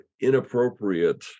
inappropriate